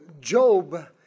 Job